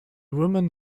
women